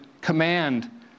command